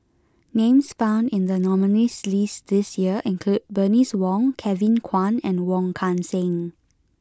names found in the nominees' list this year include Bernice Wong Kevin Kwan and Wong Kan Seng